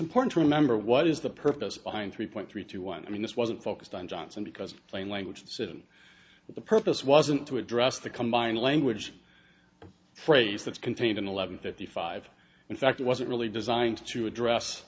important to remember what is the purpose behind three point three two one i mean this wasn't focused on johnson because of plain language decision the purpose wasn't to address the combining language phrase that's contained in eleven fifty five in fact it wasn't really designed to address